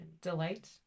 Delight